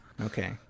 okay